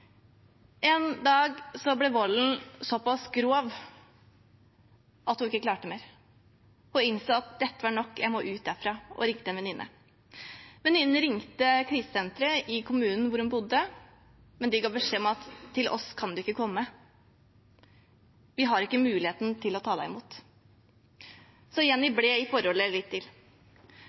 En dag ble volden såpass grov at hun ikke klarte mer, hun innså at dette var nok – «jeg må ut herfra» – og ringte en venninne. Venninnen ringte krisesenteret i kommunen hvor hun bodde, men de ga henne følgende beskjed: «Til oss kan du ikke komme – vi har ikke mulighet til å ta imot deg.» Så Jenny ble i forholdet litt til.